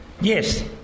Yes